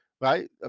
right